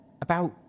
About